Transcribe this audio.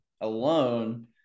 alone